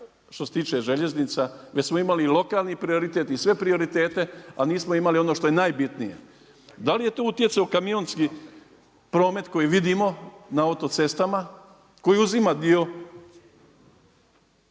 što se tiče željeznica, već smo imali i lokalni prioritet i sve prioritete ali nismo imali ono što je najbitnije. Da li je tu utjecao kamionski promet koji vidimo na autocestama, koji uzima dio